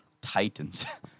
Titans